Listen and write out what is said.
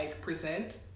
present